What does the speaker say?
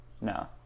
no